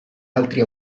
altri